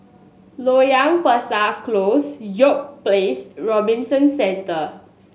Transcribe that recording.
Loyang Besar Close York Place and Robinson Centre